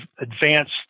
advanced